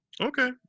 Okay